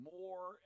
more